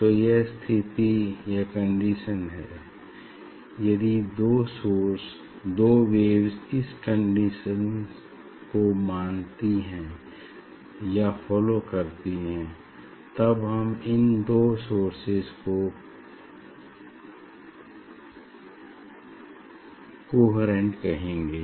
तो यह स्थिति या कंडीशन है यदि दो सोर्स दो वेव्स इस कंडीशन को मानती हैं या फॉलो करती हैं तब हम इन दो सोर्सेज को कोहेरेंट कहेंगे